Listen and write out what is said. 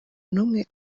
n’umwe